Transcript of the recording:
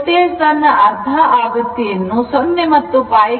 voltage ತನ್ನ ಅರ್ಧ ಆವೃತ್ತಿಯನ್ನು 0 ಮತ್ತು π